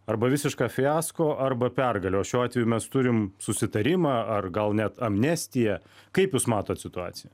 arba visišką fiasko arba pergalę o šiuo atveju mes turim susitarimą ar gal net amnestiją kaip jūs matot situaciją